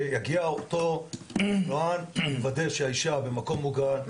כשיגיע אותו אופנוען לוודא שהאישה במקום מוגן,